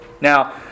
Now